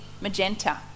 magenta